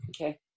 Okay